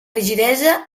rigidesa